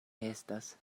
estas